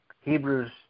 Hebrews